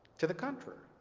to the contrary,